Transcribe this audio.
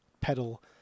pedal